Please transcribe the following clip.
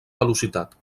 velocitat